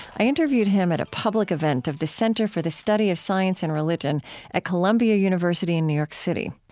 i interviewed him at a public event of the center for the study of science and religion at columbia university in new york city.